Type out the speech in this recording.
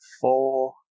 four